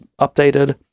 updated